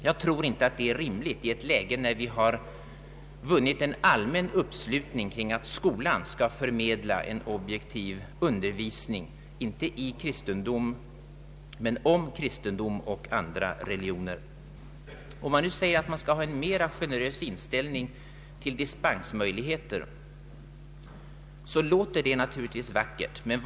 Jag tror inte att detta är rimligt i ett läge där vi vunnit en allmän uppslutning kring tanken att skolan skall förmedla en objektiv undervisning inte i kristendom men om kristendom och andra religioner. Att hävda att vi bör inta en mera generös inställning till dispensmöjligheter låter naturligtvis vackert.